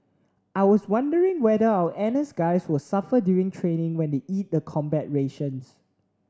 I was wondering whether our N S guys will suffer during training when they eat the combat rations